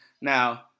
Now